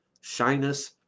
shyness